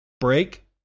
Break